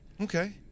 Okay